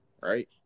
right